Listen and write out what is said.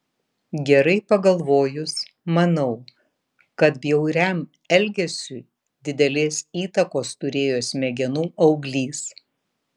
gerai pagalvojus manau kad bjauriam elgesiui didelės įtakos turėjo smegenų auglys